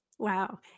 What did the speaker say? Wow